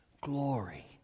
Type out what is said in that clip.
glory